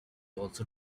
also